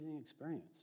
experience